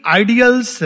ideals